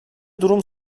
durum